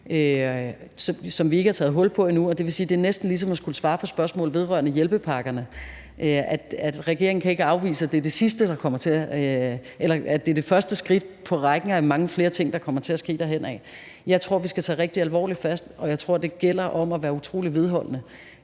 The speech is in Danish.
som vi ikke har taget hul på endnu, og det vil sige, at det næsten er ligesom at skulle svare på spørgsmål vedrørende hjælpepakkerne, altså at regeringen ikke kan afvise, at det er det første skridt i rækken af mange flere ting, der kommer til at ske derhenad. Jeg tror, at vi skal tage rigtig alvorligt fat, og jeg tror, det gælder om at være utrolig vedholdende.